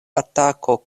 atako